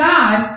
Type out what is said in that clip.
God